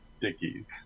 Dickies